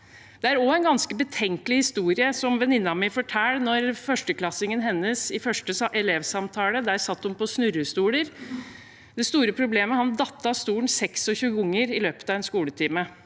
Det var også en ganske betenkelig historie som venninnen min fortalte om førsteklassingen sin, fra første elevsamtale. Der satt de på snurrestoler. Det store problemet var at han datt av stolen 26 ganger i løpet av en skoletime.